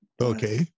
okay